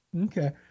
okay